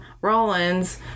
Rollins